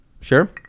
sure